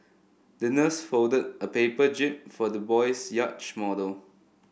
the nurse folded a paper jib for the little boys yacht model